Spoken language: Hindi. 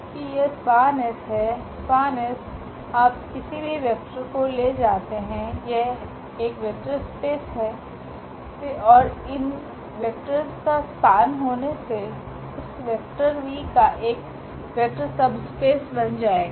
कि यह SPAN𝑆 है SPAN𝑆 आप किसी भी वेक्टर को ले जाते हैं एक वेक्टर स्पेस से और इन वेक्टर्स का स्पान होने से उस वेक्टर 𝑉 का एक वेक्टर सबस्पेस बन जाएगा